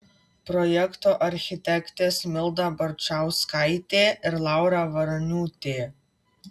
projekto architektės milda barčauskaitė ir laura varaniūtė